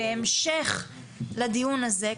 בהמשך לדיון הזה,